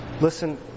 Listen